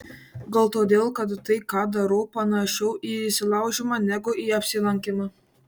gal todėl kad tai ką darau panašiau į įsilaužimą negu į apsilankymą